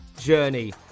journey